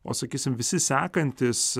o sakysim visi sekantys